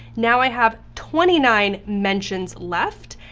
now i have twenty nine mentions left,